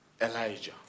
Elijah